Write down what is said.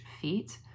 feet